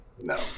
no